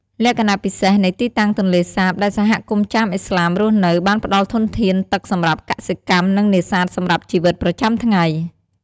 លក្ខណៈពិសេសនៃទីតាំងទន្លេសាបដែលសហគមន៍ចាមឥស្លាមរស់នៅបានផ្តល់ធនធានទឹកសម្រាប់កសិកម្ម និងនេសាទសម្រាប់ជីវិតប្រចាំថ្ងៃ។